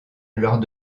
lors